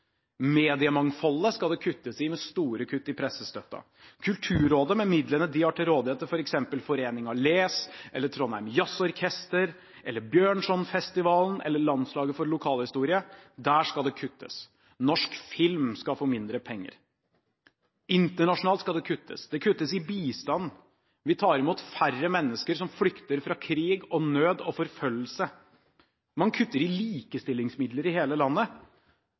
Mediemangfoldet skal det kuttes i, med store kutt i pressestøtten. Kulturrådet, med midlene de har til rådighet til f.eks. Foreningen !les, Trondheim Jazzorkester, Bjørnsonfestivalen eller Landslaget for lokalhistorie. Der skal det kuttes. Norsk Film skal få mindre penger. Internasjonalt skal det kuttes. Det kuttes i bistand, vi tar imot færre mennesker som flykter fra krig, nød og forfølgelse. Man kutter i likestillingsmidler i hele landet.